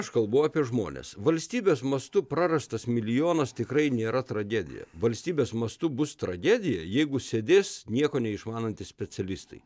aš kalbu apie žmones valstybės mastu prarastas milijonas tikrai nėra tragedija valstybės mastu bus tragedija jeigu sėdės nieko neišmanantys specialistai